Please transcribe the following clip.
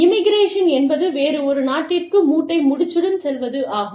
immigration என்பது வேறு ஒரு நாட்டிற்கு மூட்டை முடிச்சுடன் செல்வது ஆகும்